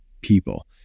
people